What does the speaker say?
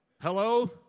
hello